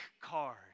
card